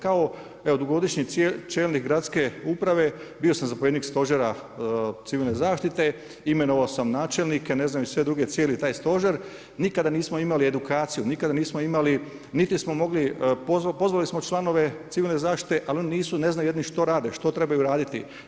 Kao evo dugogodišnji čelnik gradske uprave, bio sam zapovjednik stožera civilne zaštite, imenovao sam načelnike… cijeli taj stožer, nikada nismo imali edukaciju, nikada nismo imali niti smo mogli, pozvali smo članove civilne zaštite ali oni nisu, ne znaju što rade, što trebaju raditi.